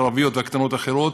הערביות והקטנות האחרות,